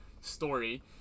story